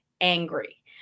angry